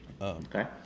Okay